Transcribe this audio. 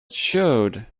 showed